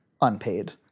unpaid